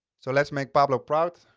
so let's make pablo proud.